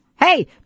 Hey